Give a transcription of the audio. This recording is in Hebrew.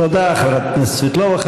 תודה חברת הכנסת סבטלובה.